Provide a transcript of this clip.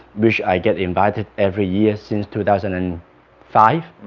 which i get invited every year since two thousand and five